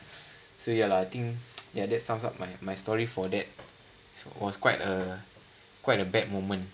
so ya lah I think ya that sums up my my story for that so it was quite a quite a bad moment